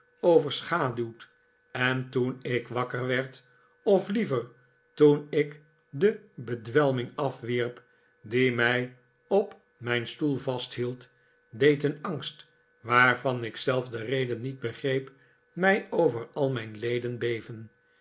overschaduwd en toen ik wakker werd of liever toen ik de bedwelming afwierp die mij op mijn stoel vasthield deed een angst waarvan ik zelf de reden niet begreep mij over al mijn leden beven